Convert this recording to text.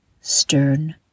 Stern